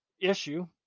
issue